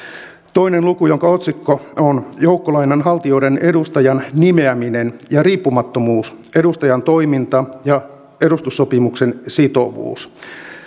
kahden luvun otsikko on joukkolainanhaltijoiden edustajan nimeäminen ja riippumattomuus edustajan toiminta ja edustussopimuksen sitovuus sääntelyn selkeyden vuoksi